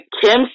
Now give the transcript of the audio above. Kim